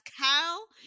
Kyle